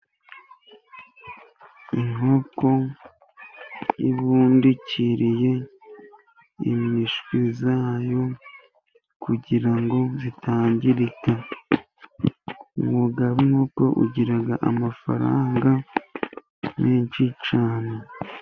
Inkoko ibundikiriye imishwi yayo kugira ngo itangirika. Umwuga w'inkoko ugiraga amafaranga menshi cyane.